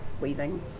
Weaving